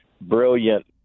brilliant